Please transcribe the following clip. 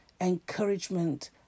encouragement